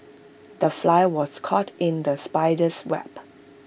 the fly was caught in the spider's web